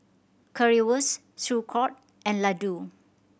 Currywurst Sauerkraut and Ladoo